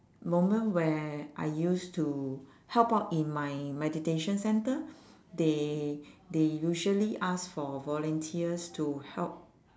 moment where I used to help out in my meditation centre they they usually ask for volunteers to help